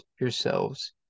yourselves